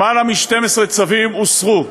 יותר מ-12 צווים הוסרו: